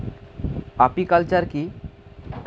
Apiculture কি?